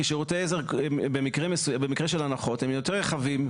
שירותי עזר במקרה של הנחות הם יותר רחבים.